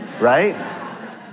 Right